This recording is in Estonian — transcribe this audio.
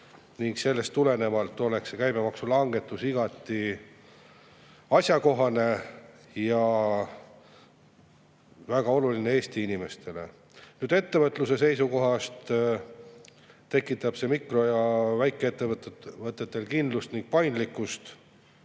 täis. Sellest tulenevalt oleks käibemaksu langetus igati asjakohane ja väga oluline Eesti inimestele. Ettevõtluse seisukohast tekitaks see mikro‑ ja väikeettevõtetele kindlust ning paindlikkust